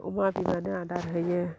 अमा बिमानो आदार होयो